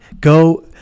Go